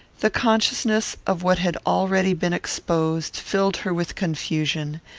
the consciousness of what had already been exposed filled her with confusion,